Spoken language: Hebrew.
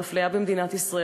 האפליה במדינת ישראל.